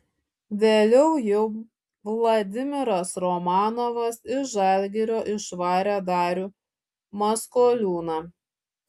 vėliau jau vladimiras romanovas iš žalgirio išvarė darių maskoliūną